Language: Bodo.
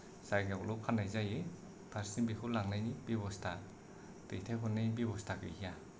जायगायावल' फाननाय जायो फारसेथिं बेखौ लांनायनि बेब'स्था दैथायहरनायनि बेब'स्था गैया